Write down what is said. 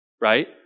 Right